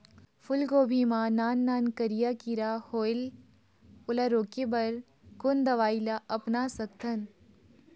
फूलगोभी मा नान नान करिया किरा होयेल ओला रोके बर कोन दवई ला अपना सकथन?